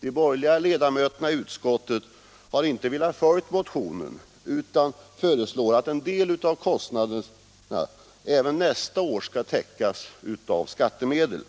De borgerliga ledamöterna i utskottet har inte velat följa motionen utan föreslår att en del av kostnaderna även nästa år skall täckas av skattemedel.